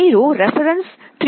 మీ reference 3